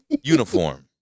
Uniform